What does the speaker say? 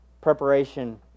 preparation